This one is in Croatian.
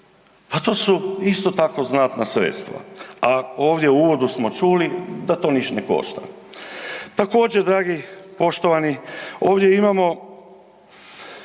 pa to su isto tako znatna sredstva, a ovdje u uvodu smo čuli da to niš ne košta. Također dragi, poštovani, ovdje imamo